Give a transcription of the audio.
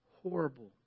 Horrible